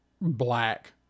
black